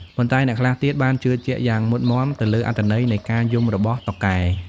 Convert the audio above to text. ប៉ុន្តែអ្នកខ្លះទៀតបានជឿជាក់យ៉ាងមុតមាំទៅលើអត្ថន័យនៃការយំរបស់តុកែ។